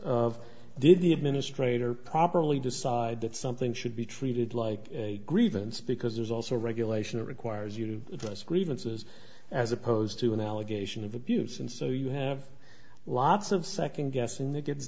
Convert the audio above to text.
the administrator properly decide that something should be treated like a grievance because there's also regulation it requires you to address grievances as opposed to an allegation of abuse and so you have lots of second guessing that gets